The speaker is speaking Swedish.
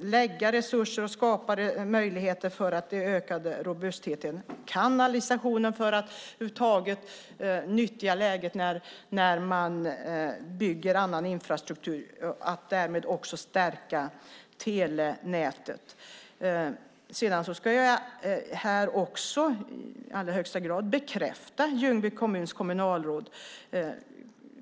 lägga resurser och skapa möjligheter för att öka robustheten och kanalisationen för att över huvud taget nyttja läget när man bygger annan infrastruktur och därmed stärka telenätet. Sedan ska jag också i allra högsta grad bekräfta detta om kommunalrådet i Ljungby kommun.